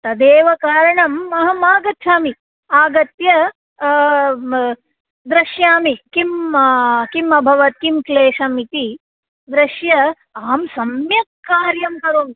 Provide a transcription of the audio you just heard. तदेव कारणम् अहमागच्छामि आगत्य द्रक्ष्यामि किम् किमभवत् किं क्लेशमिति दृश्यम् अहं सम्यक् कार्यं करोमि